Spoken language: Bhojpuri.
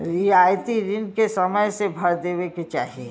रियायती रिन के समय से भर देवे के चाही